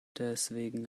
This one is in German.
deswegen